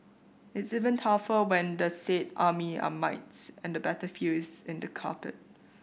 it's even tougher when the said army are mites and the battlefield is in the carpet